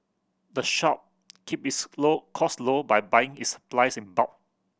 the shop keep its low cost low by buying its supplies in bulk